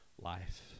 life